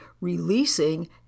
releasing